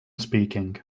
speaking